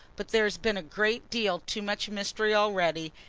but there has been a great deal too much mystery already,